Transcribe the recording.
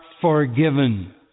forgiven